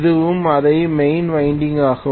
இதுவும் அதே main winding ஆகும்